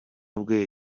bwe